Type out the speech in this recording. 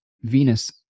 Venus